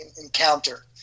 encounter